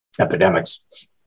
epidemics